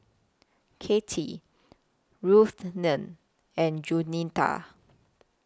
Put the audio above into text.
Katie Ruthanne and Jaunita